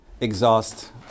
Exhaust